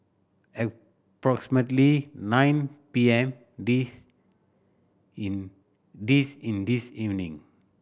approximately nine P M this in this in this evening